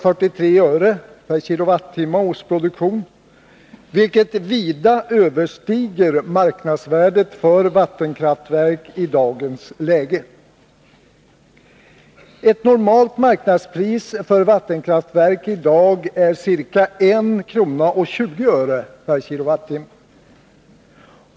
43 öre k Wh.